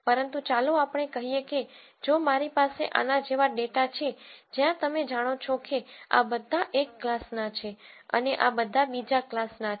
પરંતુ ચાલો આપણે કહીએ કે જો મારી પાસે આના જેવા ડેટા છે જ્યાં તમે જાણો છો કે આ બધા એક ક્લાસના છે અને આ બધા બીજા ક્લાસના છે